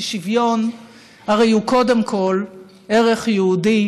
כי שוויון הרי הוא קודם כול ערך יהודי,